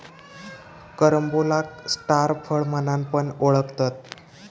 कॅरम्बोलाक स्टार फळ म्हणान पण ओळखतत